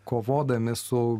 kovodami su